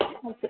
okay